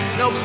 no